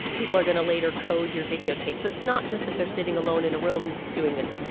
people are going to later code your videotape. so it's not just that they're sitting alone in a room doing this.